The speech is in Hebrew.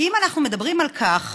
כי אנחנו מדברים על כך